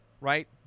Right